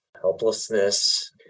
helplessness